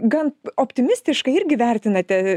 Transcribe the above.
gan optimistiškai irgi vertinate